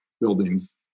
buildings